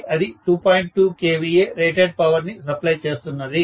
2 kVA rated power ని supply చేస్తున్నది